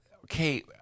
okay